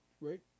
right